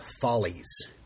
Follies